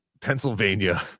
pennsylvania